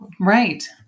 Right